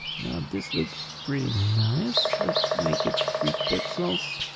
now this looks really nice, let's make it three pixels.